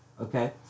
Okay